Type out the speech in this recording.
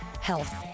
health